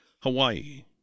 hawaii